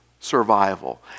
survival